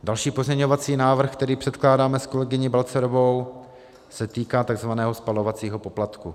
Další pozměňovací návrh, který předkládáme s kolegyní Balcarovou, se týká takzvaného spalovacího poplatku.